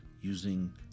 using